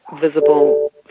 visible